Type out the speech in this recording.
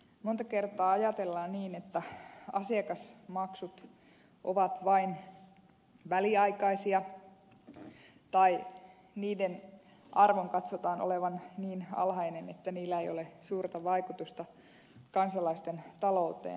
monta kertaa ajatellaan niin että asiakasmaksut ovat vain väliaikaisia tai niiden arvon katsotaan olevan niin alhainen että niillä ei ole suurta vaikutusta kansalaisten talouteen